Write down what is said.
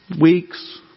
weeks